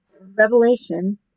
Revelation